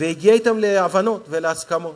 והגיע אתם להבנות ולהסכמות.